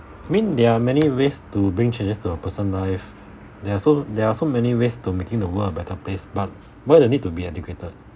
I mean there are many ways to bring changes to a person life there are so there are so many ways to making the world a better place but why the need to be educated